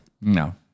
No